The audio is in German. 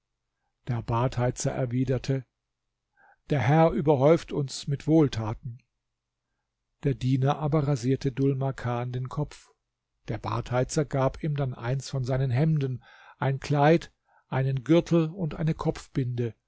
der badheizer erwiderte der herr überhäuft uns mit wohltaten der diener aber rasierte dhul makan den kopf der badheizer gab ihm dann eins von seinen hemden ein kleid einen gürtel und eine